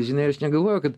žinai aš negalvojau kad